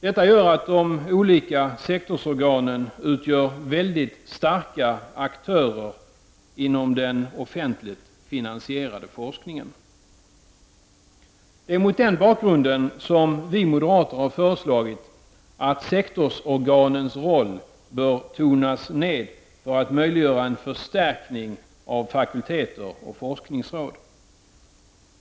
Detta gör att de olika sektorsorganen utgör väldigt starka aktörer inom den offentligt finansierade forskningen. Det är mot den bakgrunden som vi moderater har föreslagit att sektorsorganens roll bör tonas ned för att möjliggöra en förstärkning av fakulteter och forskningsråd.